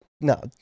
no